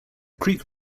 creek